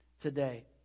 today